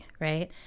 right